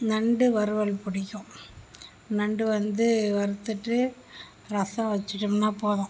நண்டு வறுவல் பிடிக்கும் நண்டு வந்து வறுத்துவிட்டு ரசம் வச்சுட்டோம்னா போதும்